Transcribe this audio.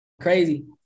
crazy